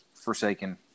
Forsaken